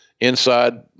inside